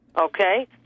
Okay